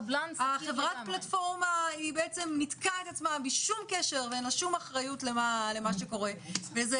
חברת הפלטפורמה ניתקה את עצמה ואין לה שום קשר ואחריות למה שקורה ואיזו